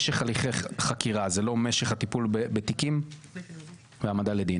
משך הליכי חקירה זה לא משך הטיפול בתיקים והעמדה לדין?